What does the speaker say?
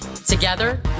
Together